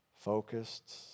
focused